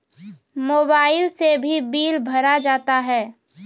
Mobile से भी bill भरा जाता हैं?